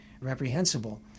reprehensible